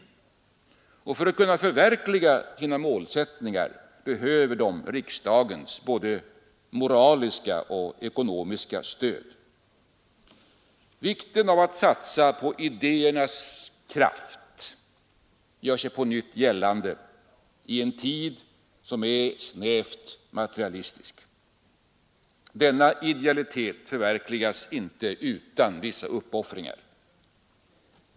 För att kunna förverkliga sina målsättningar behöver de riksdagens både moraliska och ekonomiska stöd. Vikten av att satsa på idéernas kraft gör sig på nytt gällande i den tid som är snävt materialistisk. Denna idealitet förverkligas inte utan vissa uppoffringar.